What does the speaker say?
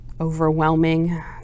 overwhelming